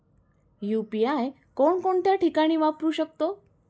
UPI कोणकोणत्या ठिकाणी वापरू शकतो?